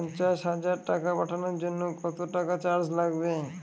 পণ্চাশ হাজার টাকা পাঠানোর জন্য কত টাকা চার্জ লাগবে?